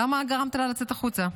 למה גרמת לה לצאת החוצה?